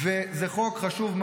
וזה חוק חשוב מאוד.